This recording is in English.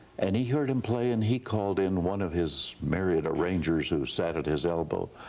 and he heard him play and he called in one of his myriad arrangers who sat at his elbow,